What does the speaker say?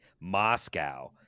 Moscow